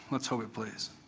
let's hope it plays.